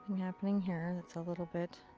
happening here that's a little bit